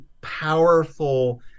powerful